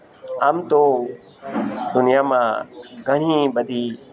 આમ તો દુનિયામાં ઘણી બધી